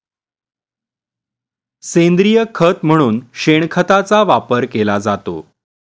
सेंद्रिय खत म्हणून शेणखताचा वापर केला जातो